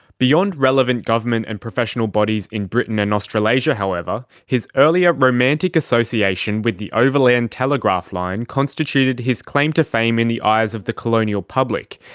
beyond relevant government and professional bodies in britain and australasia, however, his earlier romantic association with the overland telegraph line constituted his claim to fame in the eyes of the colonial public,